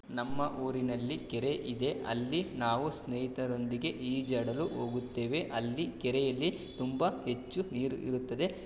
ನಮ್ಮ ಊರಿನಲ್ಲಿ ಕೆರೆ ಇದೆ ಅಲ್ಲಿ ನಾವು ಸ್ನೇಹಿತರೊಂದಿಗೆ ಈಜಾಡಲು ಹೋಗುತ್ತೇವೆ ಅಲ್ಲಿ ಕೆರೆಯಲ್ಲಿ ತುಂಬ ಹೆಚ್ಚು ನೀರು ಇರುತ್ತದೆ